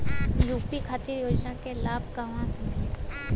UP खातिर के योजना के लाभ कहवा से मिली?